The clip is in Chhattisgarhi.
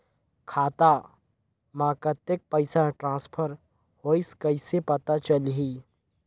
खाता म कतेक पइसा ट्रांसफर होईस कइसे पता चलही?